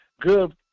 good